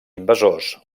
invasors